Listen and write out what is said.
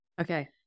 Okay